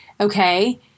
okay